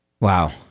Wow